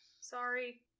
Sorry